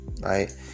right